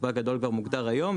ספק גדול גם מוגדר היום,